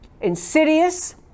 Insidious